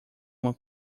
uma